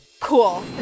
Cool